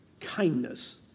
kindness